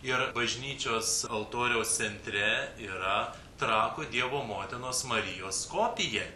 ir bažnyčios altoriaus centre yra trakų dievo motinos marijos kopija